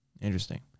Interesting